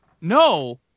No